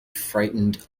frightened